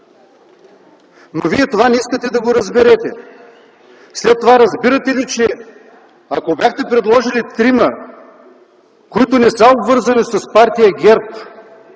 Но вие не искате да разберете това. Разбирате ли, че ако бяхте предложили трима, които не са обвързани с Партия ГЕРБ,